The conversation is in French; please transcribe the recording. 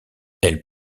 elle